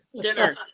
Dinner